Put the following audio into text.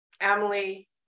Emily